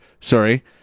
Sorry